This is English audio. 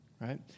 right